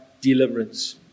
deliverance